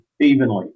evenly